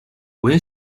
when